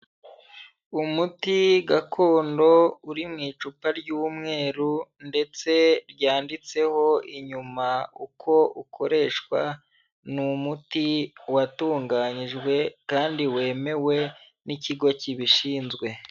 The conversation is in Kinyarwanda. Umuti gakondo uri mu icupa ry'umweru ndetse ryanditseho inyuma uko ukoreshwa, ni umuti watunganyijwe kandi wemewe n'ikigo kibishinzwe.